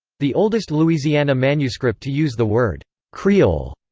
the oldest louisiana manuscript to use the word creole,